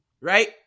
right